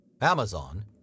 Amazon